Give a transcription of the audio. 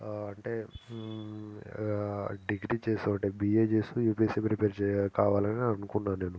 అంటే డిగ్రీ చేసి ఒకటి బీఏ చేసి యూపీఎస్సీ ప్రిపేర్ చే కావాలని అనుకున్నాను నేను